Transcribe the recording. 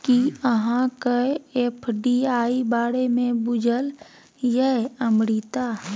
कि अहाँकेँ एफ.डी.आई बारे मे बुझल यै अमृता?